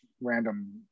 random